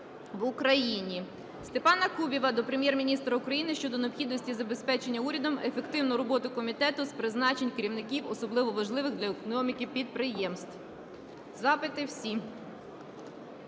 в Україні. Степана Кубіва до Прем'єр-міністра України щодо необхідності забезпечення урядом ефективної роботи Комітету з призначень керівників особливо важливих для економіки підприємств. Запити всі.